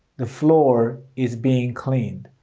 the floor is being cleaned.